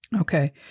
Okay